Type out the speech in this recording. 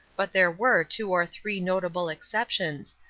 but there were two or three notable exceptions,